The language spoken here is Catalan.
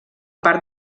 part